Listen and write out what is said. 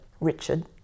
Richard